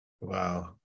wow